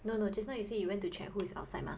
no no just now you say you went to check who is outside mah